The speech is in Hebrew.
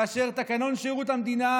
כאשר תקנון שירות המדינה,